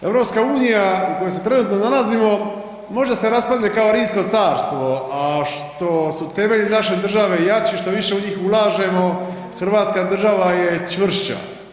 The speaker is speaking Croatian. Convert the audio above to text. EU u kojoj se trenutno nalazimo, možda se raspadne kao Rimsko Carstvo a što su temelji naše države jači, što više u njih ulažemo, hrvatska država je čvršća.